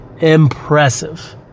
impressive